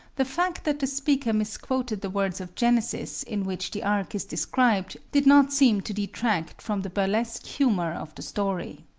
the fact that the speaker misquoted the words of genesis in which the ark is described did not seem to detract from the burlesque humor of the story.